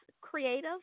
creative